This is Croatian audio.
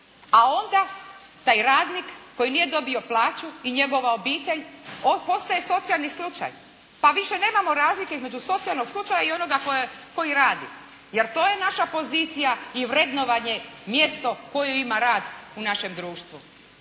A onda taj radnik koji nije dobio plaću i njegova obitelj, on postaje socijalni slučaj. Pa više nemamo razlike između socijalnog slučaja i onoga koji radi jer to je naša pozicija i vrednovanje, mjesto koju ima rad u našem društvu.